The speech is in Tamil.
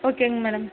ஓகேங்க மேடம்